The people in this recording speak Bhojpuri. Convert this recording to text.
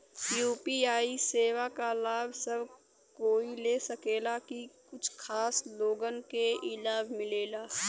यू.पी.आई सेवा क लाभ सब कोई ले सकेला की कुछ खास लोगन के ई लाभ मिलेला?